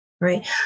Right